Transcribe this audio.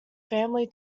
family